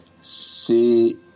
C'est